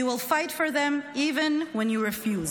We will fight for them, even when you refuse.